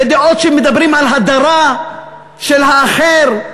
בדעות שמדברות על הדרה של האחר,